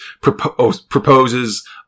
proposes